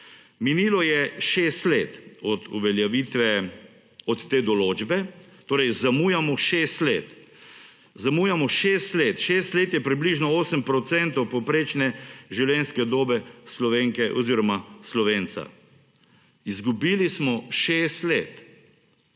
Minilo je 6 let od te določbe, torej zamujamo 6 let, 6 let je približno 8 % povprečne življenjske dobe Slovenke oziroma Slovenca. Izgubili smo 6 let.